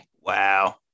wow